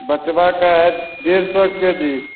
बचवा का है डेढ़ सौ के जी